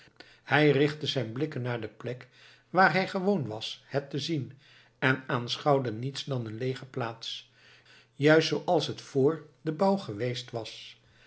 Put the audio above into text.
hij richtte zijn blikken naar de plek waar hij gewoon was het te zien en aanschouwde niets dan een leege plaats juist zooals het vr den bouw geweest was